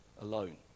alone